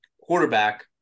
quarterback